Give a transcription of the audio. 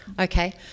Okay